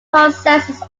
consensus